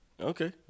Okay